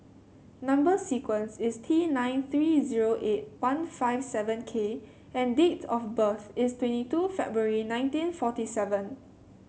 number sequence is T nine three zero eight one five seven K and date of birth is twenty two February nineteen forty seven